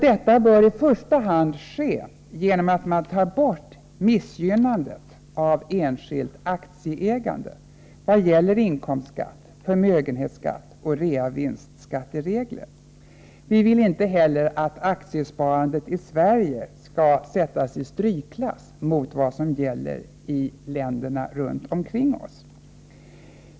Detta bör i första hand ske genom att man tar bort missgynnandet av enskilt aktiesparande i vad gäller inkomstskatt, förmögenhetsskatt och reavinstskatteregler. Vi vill inte heller att aktiesparandet i Sverige skall sättas i strykklass i förhållande till vad som gäller i länderna runt omkring oss.